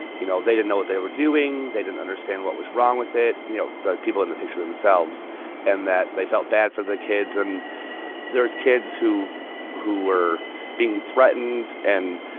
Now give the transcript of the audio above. you know, they didn't know what they were doing. they didn't understand what was wrong with it you know, the people in the picture themselves and that they felt bad for the kids. and there's kids who who were being threatened. and,